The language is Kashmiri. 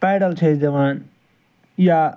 پایڈَل چھِ أسۍ دِوان یا